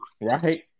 right